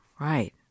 Right